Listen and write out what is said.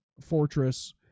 fortress